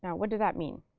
what did that mean?